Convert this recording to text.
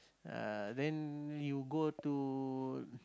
uh then you go to